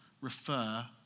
refer